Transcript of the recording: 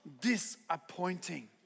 disappointing